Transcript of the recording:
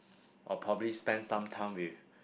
or probably spend some time with